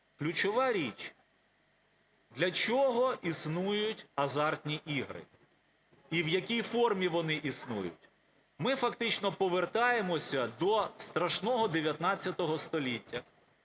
Ключова річ – для чого існують азартні ігри, і в якій формі вони існують. Ми фактично повертаємося до страшного ХІХ століття,